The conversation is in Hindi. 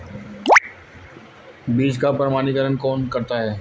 बीज का प्रमाणीकरण कौन करता है?